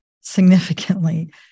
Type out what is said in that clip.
significantly